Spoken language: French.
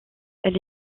elle